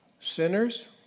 sinners